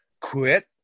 quit